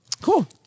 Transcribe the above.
Cool